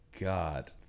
God